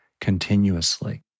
continuously